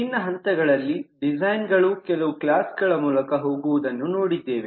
ವಿಭಿನ್ನ ಹಂತಗಳಲ್ಲಿ ಡಿಸೈನ್ ಗಳು ಕೆಲವು ಕ್ಲಾಸ್ ಗಳ ಮೂಲಕ ಹೋಗುವುದನ್ನು ನೋಡಿದ್ದೇವೆ